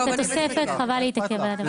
תודה רבה.